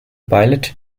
pilot